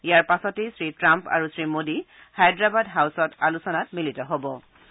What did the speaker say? ইয়াৰ পাছতে শ্ৰীট্ৰাম্প আৰু শ্ৰীমোদী হায়দৰাবাদ হাউছত আলোচনাত মিলিত হ'ব